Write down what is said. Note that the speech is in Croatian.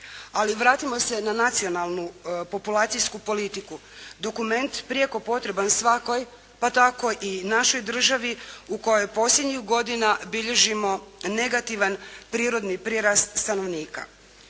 Ali vratimo se na nacionalnu populacijsku politiku. Dokument prijeko potreban svakoj pa tako i našoj državi u kojoj posljednjih godina bilježimo negativan prirodni prirast stanovnika.